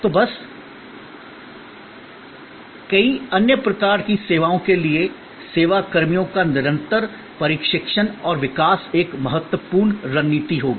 तो बस कई अन्य प्रकार की सेवाओं के लिए सेवा कर्मियों का निरंतर प्रशिक्षण और विकास एक महत्वपूर्ण रणनीति होगी